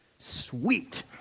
Sweet